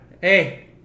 Hey